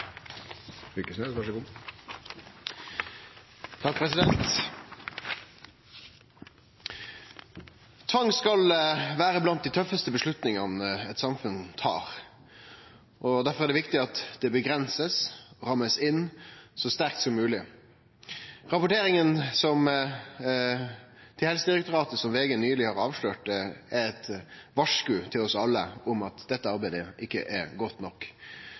skal vere blant dei tøffaste avgjerdene eit samfunn tar, og difor er det viktig at han blir avgrensa og ramma inn så sterkt som mogleg. Rapporteringa til Helsedirektoratet, som VG nyleg har avslørt, er eit varsku til oss alle om at dette arbeidet ikkje er gjort godt nok.